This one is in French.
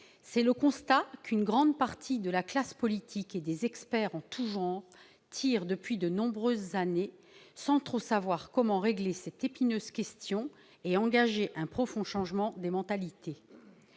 C'est le constat qu'une grande partie de la classe politique et des experts en tout genre tire depuis de nombreuses années, sans trop savoir comment régler cette épineuse question et engager un profond changement des mentalités.